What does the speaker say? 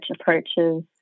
approaches